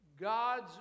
God's